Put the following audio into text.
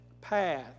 path